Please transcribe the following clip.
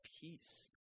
peace